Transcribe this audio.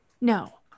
no